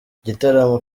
igitaramo